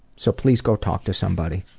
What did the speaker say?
so please go talk to somebody,